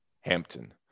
Hampton